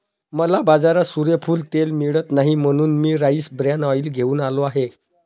मला बाजारात सूर्यफूल तेल मिळत नाही म्हणून मी राईस ब्रॅन ऑइल घेऊन आलो आहे